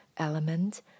Element